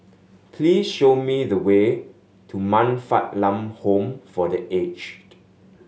please show me the way to Man Fatt Lam Home for The Aged